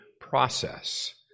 process